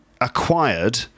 acquired